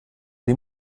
dei